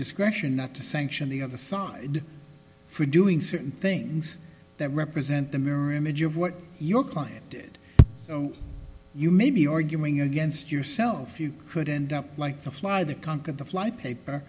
discretion not to sanction the other side for doing certain things that represent the mirror image of what your client did you maybe your uming against yourself you could end up like the fly the concord the fly paper